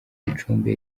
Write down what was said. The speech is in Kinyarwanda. gicumbi